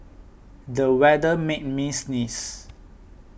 the weather made me sneeze